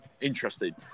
Interesting